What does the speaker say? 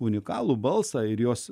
unikalų balsą ir jos